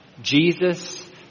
Jesus